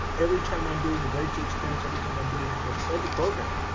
every time i'm doing the breakthrough experience, every time i'm doing most every program,